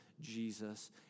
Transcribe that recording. Jesus